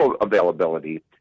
availability